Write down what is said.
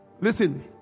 Listen